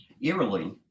Eerily